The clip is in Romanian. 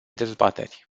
dezbateri